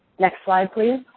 next slide, please.